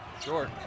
Sure